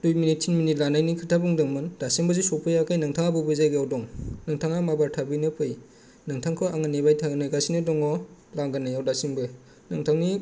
दुइ मिनिट तिन मिनिट लानायनि खोथा बुंदोंमोन दासिमबो जे सफैयाखै नोंथाङाजे बबे जायगायाव दं नोंथाङा माबार थाबैनो फै नोंथांखौ आङो नेगासिनो दङ लांगोनायाव दासिमबो नोंथांनि